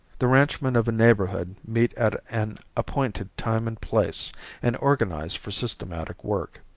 the ranchmen of a neighborhood meet at an appointed time and place and organize for systematic work.